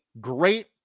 great